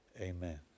amen